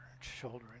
children